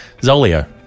Zolio